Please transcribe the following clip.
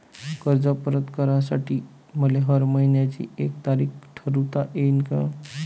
कर्ज परत करासाठी मले हर मइन्याची एक तारीख ठरुता येईन का?